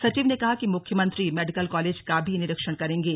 सचिव ने कहा कि मुख्यमंत्री मेडिकल कालेज का भी निरीक्षण करेंगे